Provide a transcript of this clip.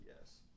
Yes